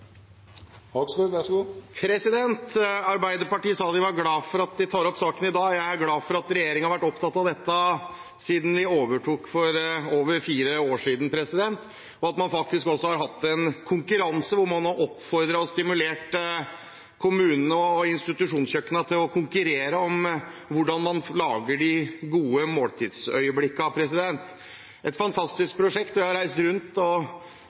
glad for at regjeringen har vært opptatt av dette siden vi overtok for over fire år siden, og at man faktisk også har hatt en konkurranse hvor man har oppfordret og stimulert kommunene og institusjonskjøkkenene til å konkurrere om hvordan man lager de gode måltidsøyeblikkene – et fantastisk prosjekt. Jeg har reist rundt og